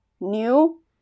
new